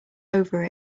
over